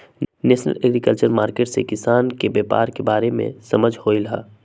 national agriculture market से किसान के व्यापार के बारे में समझ होलई ह